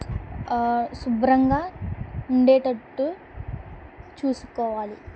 శుభ్రంగా ఉండేటట్టు చూసుకోవాలి